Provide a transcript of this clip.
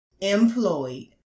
Employed